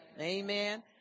Amen